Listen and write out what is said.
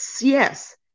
Yes